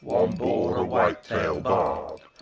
bore a white tail barred.